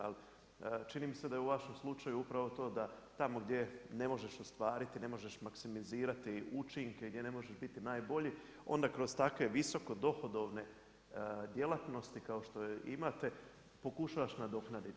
Ali čini mi se da je u vašem slučaju upravo to da, tamo gdje ne možeš ostvariti, ne možeš maksimizirati učinke, gdje ne možeš biti najbolji, onda kroz takve visoko dohodovne djelatnosti kao što imate, pokušavaš nadoknaditi.